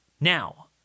Now